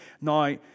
Now